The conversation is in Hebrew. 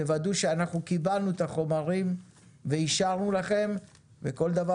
תוודאו שקיבלנו את החומרים ואישרנו לכם וכל דבר